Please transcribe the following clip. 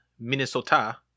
Minnesota